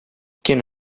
skin